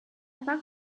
thought